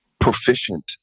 proficient